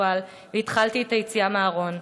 כביסקסואל והתחלתי את היציאה מהארון.